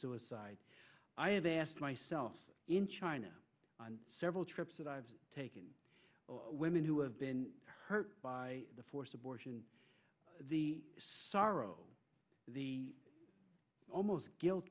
suicide i have asked myself in china on several trips that i've taken women who have been hurt by the forced abortion the sorrow the almost guilt